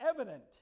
evident